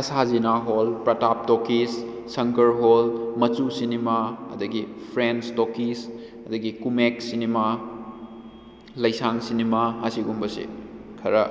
ꯑꯁꯥ Jina hall Pratap talkies Shankar hall ꯃꯆꯨ cinema ꯑꯗꯒꯤ ꯐ꯭ꯔꯦꯟꯁ ꯇꯣꯀꯤꯁ ꯑꯗꯒꯤ ꯀꯨꯃꯦꯛ ꯁꯤꯅꯦꯃꯥ ꯂꯩꯁꯥꯡ ꯁꯤꯅꯦꯃꯥ ꯑꯁꯤꯒꯨꯝꯕꯁꯤ ꯈꯔ